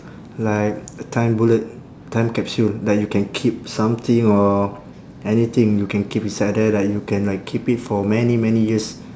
like a time bullet time capsule like you can keep something or anything you can keep inside there like you can like keep it for many many years